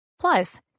Plus